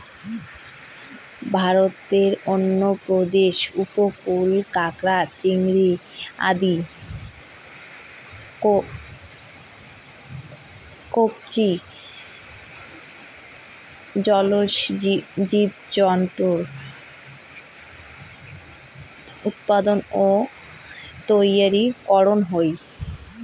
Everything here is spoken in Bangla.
ভারতর অন্ধ্রপ্রদেশ উপকূলত কাকড়া, চিংড়ি আদি কবচী জলজ জীবজন্তুর উৎপাদন ও তৈয়ারী করন হই